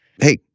hey